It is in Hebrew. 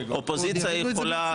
האופוזיציה יכולה,